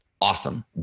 awesome